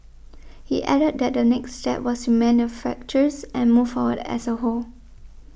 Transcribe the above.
he added that the next step was to mend the fractures and move forward as a whole